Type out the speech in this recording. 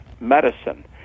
medicine